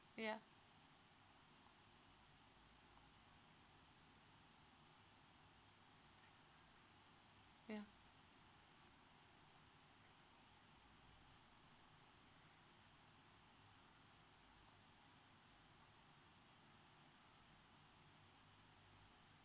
ya ya